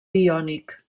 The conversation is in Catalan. iònic